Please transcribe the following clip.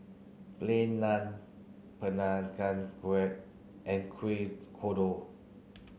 Plain Naan Peranakan Kueh and Kuih Kodok